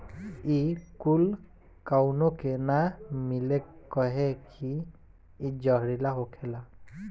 इ कूल काउनो के ना मिले कहे की इ जहरीला होखेला